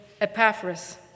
Epaphras